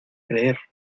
creer